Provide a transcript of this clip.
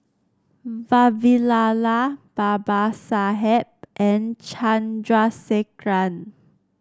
Vavilala Babasaheb and Chandrasekaran